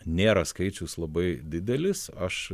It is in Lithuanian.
nėra skaičius labai didelis aš